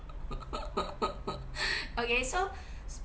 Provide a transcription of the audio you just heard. okay so